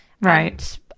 Right